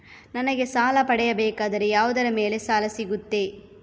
ನನಗೆ ಸಾಲ ಪಡೆಯಬೇಕಾದರೆ ಯಾವುದರ ಮೇಲೆ ಸಾಲ ಸಿಗುತ್ತೆ?